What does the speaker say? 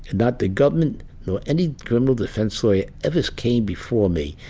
not the government nor any criminal defense lawyer ever came before me.